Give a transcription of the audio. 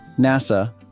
NASA